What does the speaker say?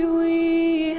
we